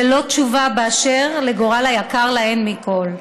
ללא תשובה באשר לגורל היקר להן מכול.